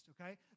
okay